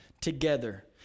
together